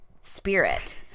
spirit